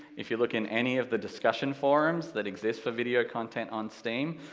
if you look in any of the discussion forums that exist for video content on steam,